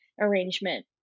arrangement